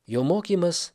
jo mokymas